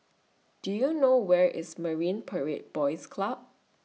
Do YOU know Where IS Marine Parade Boys Club